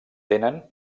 tenen